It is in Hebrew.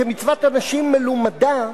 כמצוות אנשים מלומדה,